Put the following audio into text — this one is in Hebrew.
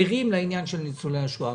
אני ער לעניין של ניצולי השואה.